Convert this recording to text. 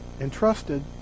entrusted